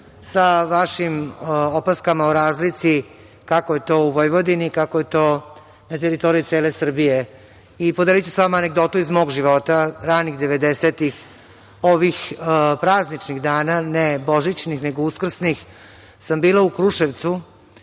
sa vašim opaskama o razlici kako je to u Vojvodini, kako je to na teritoriji cele Srbije i podeliću sa vama anegdotu iz mog života. Ranih 90-ih ovih prazničkih dana, ne božićnih, nego uskrsnih sam bila u Kruševcu